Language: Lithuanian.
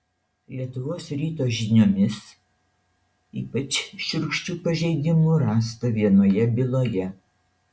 lietuvos ryto žiniomis ypač šiurkščių pažeidimų rasta vienoje byloje